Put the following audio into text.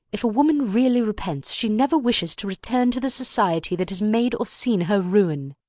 if a woman really repents, she never wishes to return to the society that has made or seen her ruin.